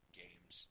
games